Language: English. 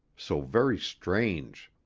so very strange.